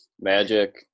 Magic